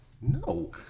no